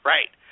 Right